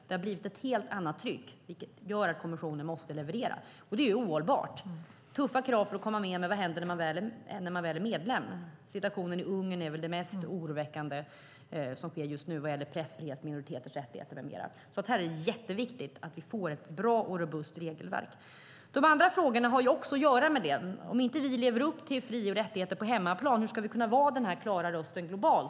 Det har blivit ett helt annat tryck, vilket gör att kommissionen måste leverera. Det är ohållbart. Det är tuffa krav för att komma med - men vad händer när man väl är medlem? Situationen i Ungern är väl det mest oroväckande som sker just nu vad gäller pressfrihet, minoriteters rättigheter med mera. Här är det viktigt att vi får ett bra och robust regelverk. De andra frågorna har också med detta att göra. Om vi inte lever upp till kraven på fri och rättigheter på hemmaplan, hur kan vi vara den klara rösten globalt?